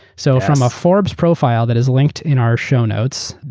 so from a forbes profile that is linked in our show notes,